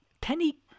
Penny